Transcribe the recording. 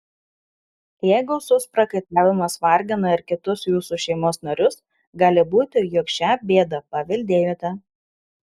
jei gausus prakaitavimas vargina ir kitus jūsų šeimos narius gali būti jog šią bėdą paveldėjote